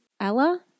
Ella